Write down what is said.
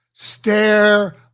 Stare